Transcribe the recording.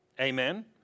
Amen